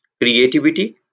creativity